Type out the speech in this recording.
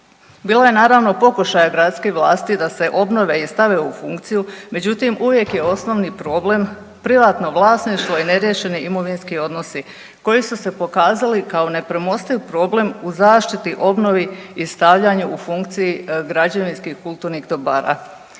Bilo je naravno pokušaja gradskih vlasti da se obnove i stave u funkciju. Međutim, uvijek je osnovni problem privatno vlasništvo i neriješeni imovinski odnosi, koji su se pokazali kao nepremostiv problem u zaštiti, obnovi i stavljanju u funkciju građevinskih kulturnih dobara.